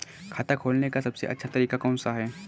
खाता खोलने का सबसे अच्छा तरीका कौन सा है?